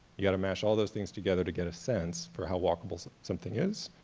you've got to mash all those things together to get a sense for how walkable something is,